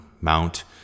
mount